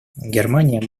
германия